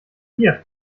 hier